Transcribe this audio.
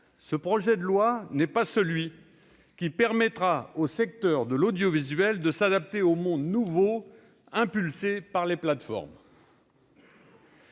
ce projet de loi n'est pas celui qui permettra au secteur de l'audiovisuel de s'adapter au monde nouveau forgé par les plateformes.